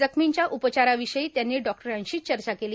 जखमींच्या उपचाराविषयी त्यांनी डॉक्टरांशी चर्चा केली